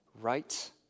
right